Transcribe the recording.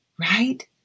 right